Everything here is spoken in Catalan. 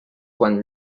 quan